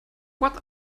what